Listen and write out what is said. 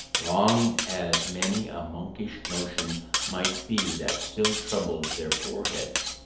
wrong as many a monkish notion might be that still troubled their poor heads.